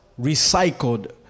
Recycled